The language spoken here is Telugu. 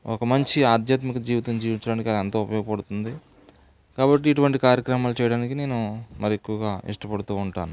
ఒక మంచి ఆధ్యాత్మిక జీవితం జీవించడానికి అది ఎంతో ఉపయోగపడుతుంది కాబట్టి ఇటువంటి కార్యక్రమాలు చేయడానికి నేను మరి ఎక్కువగా ఇష్టపడుతూ ఉంటాను